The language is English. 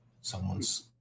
Someone's